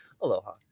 aloha